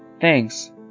Thanks